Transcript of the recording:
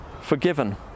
forgiven